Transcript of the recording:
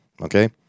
okay